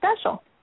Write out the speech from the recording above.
special